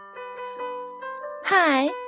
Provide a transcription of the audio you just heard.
Hi